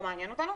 לא מעניין אותנו.